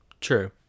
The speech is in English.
True